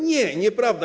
Nie, nieprawda.